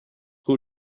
who